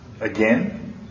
Again